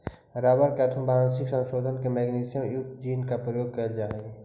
rubber के आनुवंशिक संशोधन में मैगनीज युक्त जीन के प्रयोग कैइल जा हई